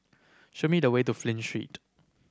show me the way to Flint Street